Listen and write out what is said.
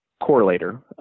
correlator